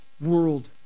world